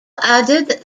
added